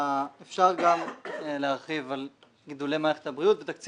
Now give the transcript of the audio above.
אפשר להרחיב על מערכת הבריאות ועל תקציב